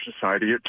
Society